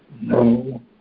no